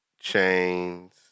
chains